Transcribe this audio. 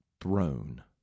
throne